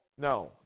no